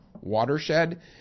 watershed